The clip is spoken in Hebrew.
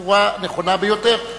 ובצורה נכונה ביותר,